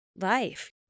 life